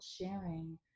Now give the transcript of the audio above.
sharing